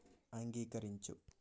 అంగీకరించు